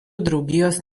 draugijos